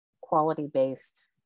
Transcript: quality-based